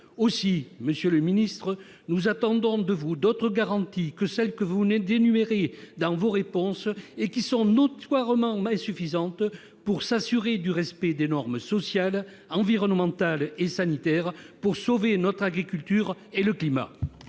? Monsieur le secrétaire d'État, nous attendons de vous d'autres garanties que celles que vous venez d'énumérer dans vos réponses et qui sont notoirement insuffisantes pour s'assurer du respect des normes sociales, environnementales et sanitaires et sauver notre agriculture et le climat.